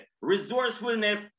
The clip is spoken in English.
resourcefulness